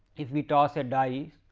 if we toss a dice,